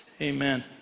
Amen